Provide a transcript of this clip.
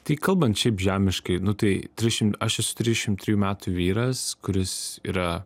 tai kalban šiaip žemiškai nu tai trišim aš esu trišim trijų metų vyras kuris yra